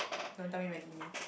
don't tell me maggi mee